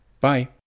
Bye